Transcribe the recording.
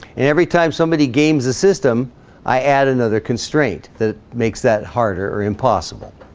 every time somebody games the system i add another constraint that makes that harder or impossible